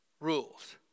rules